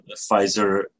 Pfizer